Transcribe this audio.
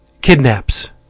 kidnaps